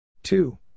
Two